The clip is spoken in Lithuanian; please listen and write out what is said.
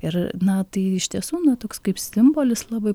ir na tai iš tiesų na toks kaip simbolis labai